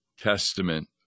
Testament